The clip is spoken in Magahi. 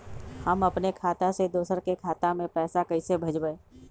हम अपने खाता से दोसर के खाता में पैसा कइसे भेजबै?